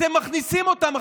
אתם מכניסים אותם,